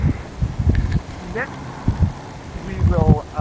like um next we will